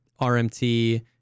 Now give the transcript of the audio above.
RMT